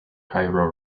cairo